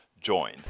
join